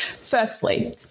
Firstly